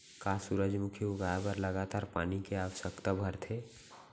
का सूरजमुखी उगाए बर लगातार पानी के आवश्यकता भरथे?